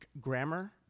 grammar